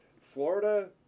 Florida